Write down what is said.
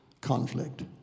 conflict